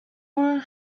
wohl